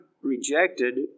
rejected